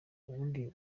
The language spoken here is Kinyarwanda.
ubundi